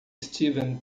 steven